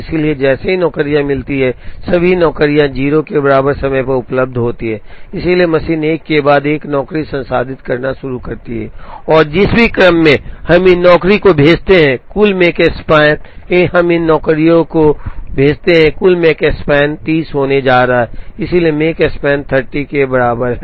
इसलिए जैसे ही नौकरियां मिलती हैं सभी नौकरियां 0 के बराबर समय पर उपलब्ध होती हैं इसलिए मशीन एक के बाद एक नौकरी संसाधित करना शुरू करती है और जिस भी क्रम में हम इन नौकरियों को भेजते हैं कुल Makespan हम इन नौकरियों को भेजते हैं कुल Makespan 30 होने जा रहा है इसलिए Makespan 30 के बराबर है